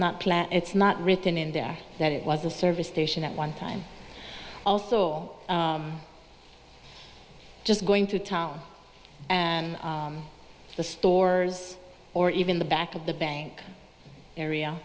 planned it's not written in there that it was a service station at one time also just going to town and the stores or even the back of the bank area